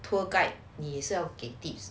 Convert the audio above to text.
tour guide 你是要给 tip